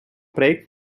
preek